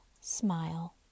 smile